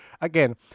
again